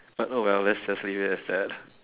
but oh well let's just leave it as that